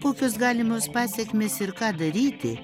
kokios galimos pasekmės ir ką daryti